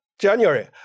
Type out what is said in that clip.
January